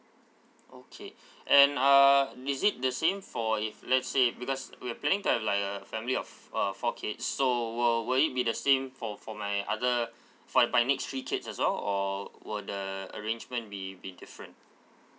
okay and uh is it the same for if let's say because we're planning to have like a family of uh four kids so will will it be the same for for my other for my next three kids as well or will the arrangement be be different